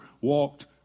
walked